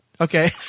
Okay